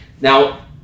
now